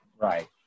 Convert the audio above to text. right